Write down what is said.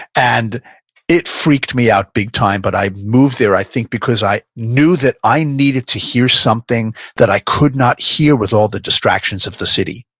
and it freaked me out big time, but i moved there i think because i knew that i needed to hear something that i could not hear with all the distractions of the city.